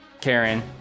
karen